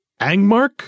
Angmark